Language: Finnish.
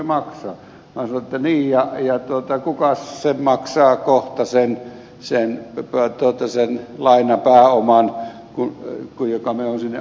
minä sanoin että niin ja kukas maksaa kohta sen lainapääoman jonka me olemme sinne antaneet